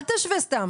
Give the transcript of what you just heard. אל תשווה סתם.